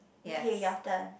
okay your turn